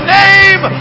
name